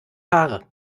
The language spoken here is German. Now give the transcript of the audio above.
haare